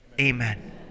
Amen